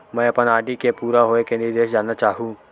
मैं अपन आर.डी के पूरा होये के निर्देश जानना चाहहु